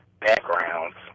backgrounds